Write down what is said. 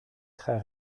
très